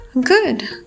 Good